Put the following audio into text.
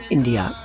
India